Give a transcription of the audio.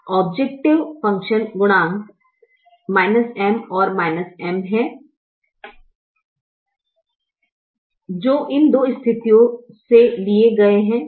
objective function गुणांक M और M हैं जो इन दो स्थितियों से लिए गए हैं